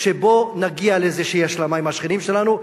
שבו נגיע לאיזושהי השלמה עם השכנים שלנו.